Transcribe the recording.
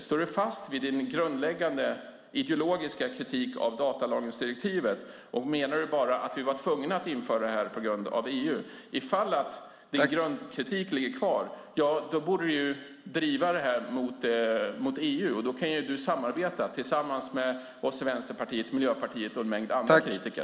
Står du fast vid din grundläggande ideologiska kritik av datalagringsdirektivet och menar du att vi var tvungna att införa det bara på grund av EU? Ifall att din grundläggande kritik ligger kvar borde du driva det mot EU, och då kan du samarbeta med oss i Vänsterpartiet, Miljöpartiet och en mängd andra politiker.